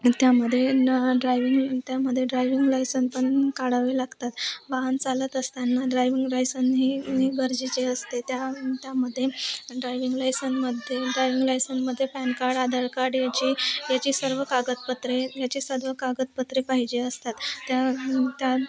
त्यामध्ये न ड्रायविंग त्यामध्ये ड्रायविंग लायसन पण काढावे लागतात वाहन चालत असताना ड्रायविंग लायसनही गरजेचे असते त्या त्यामध्ये ड्रायविंग लायसनमध्ये ड्रायविंग लायसनमध्ये पॅन काड आधार काड याची याची सर्व कागदपत्रे याचे सर्व कागदपत्रे पाहिजे असतात त्या त्या